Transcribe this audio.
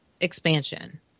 expansion